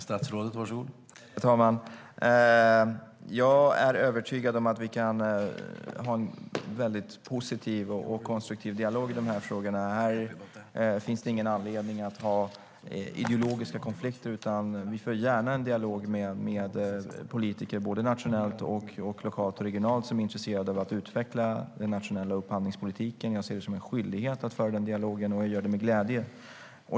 Herr talman! Jag är övertygad om att vi kan ha en väldigt positiv och konstruktiv dialog i de här frågorna. Här finns det ingen anledning att ha ideologiska konflikter. Vi för gärna en dialog med politiker, nationellt, lokalt och regionalt, som är intresserade av att utveckla den nationella upphandlingspolitiken. Jag ser det som en skyldighet att föra den dialogen, och jag gör det med glädje.